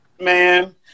Man